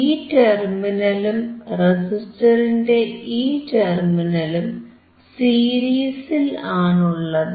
ഈ ടെർമിനലും റെസിസ്റ്ററിന്റെ ഈ ടെർമിനലും സീരീസിൽ ആണുള്ളത്